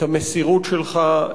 את המסירות שלך,